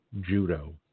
judo